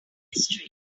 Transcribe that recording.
history